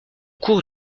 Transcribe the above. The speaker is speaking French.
cours